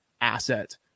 asset